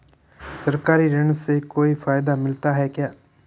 सरकारी ऋण से कोई फायदा मिलता है क्या?